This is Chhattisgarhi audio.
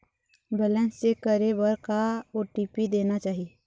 बैलेंस चेक करे बर का ओ.टी.पी देना चाही?